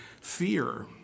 fear